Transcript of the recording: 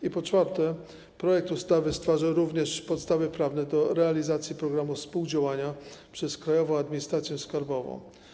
I po czwarte, projekt ustawy stwarza również podstawy prawne do realizacji programu współdziałania przez Krajową Administrację Skarbową.